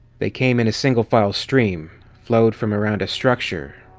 they came in a single-file stream, flowed from around a structure,